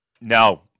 No